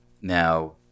Now